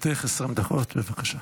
לרשותך 20 דקות, בבקשה.